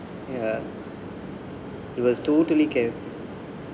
ya it was totally care